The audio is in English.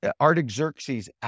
Artaxerxes